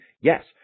Yes